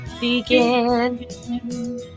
begin